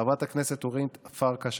חברת הכנסת אורית פרקש-הכהן,